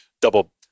double